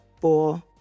four